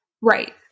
Right